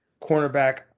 cornerback